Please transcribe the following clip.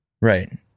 Right